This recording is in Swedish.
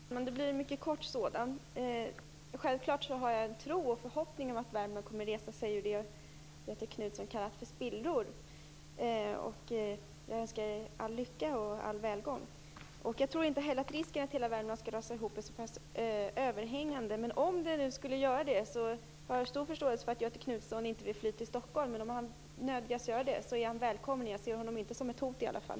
Herr talman! Det här blir en mycket kort replik. Självklart har jag en tro och en förhoppning om att Värmland kommer att resa sig ur det Göthe Knutson kallar för spillror, och jag önskar Värmland all lycka och välgång. Jag tror inte att risken att hela Värmland skall rasa ihop är så överhängande, men om så skulle ske har jag stor förståelse för att Göthe Knutson inte vill fly till Stockholm. Skulle han ändå nödgas göra det är han välkommen. Jag ser honom inte som ett hot i alla fall.